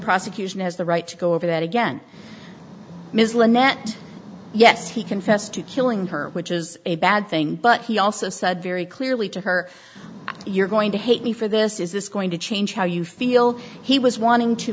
prosecution has the right to go over that again ms lynette yes he confessed to killing her which is a bad thing but he also said very clearly to her you're going to hate me for this is this going to change how you feel he was wanting to